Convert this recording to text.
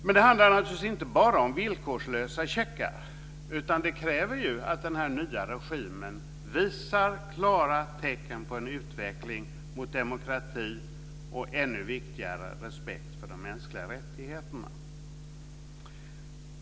Men det handlar naturligtvis inte bara om villkorslösa checkar. Det kräver att den nya regimen visar klara tecken på en utveckling mot demokrati och - ännu viktigare - respekt för de mänskliga rättigheterna.